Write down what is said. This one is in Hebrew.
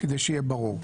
כדי שיהיה ברור.